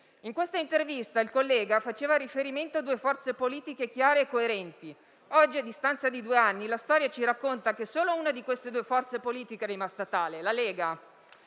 In questa intervista il collega faceva riferimento a due forze politiche chiare e coerenti. Oggi però, a distanza di due anni, la storia ci racconta che solo una di queste due forze politiche è rimasta tale: la Lega.